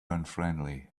unfriendly